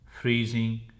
freezing